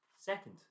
Second